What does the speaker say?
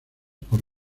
por